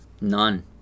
None